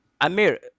amir